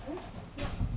mm nak